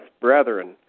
brethren